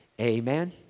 Amen